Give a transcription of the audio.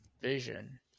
vision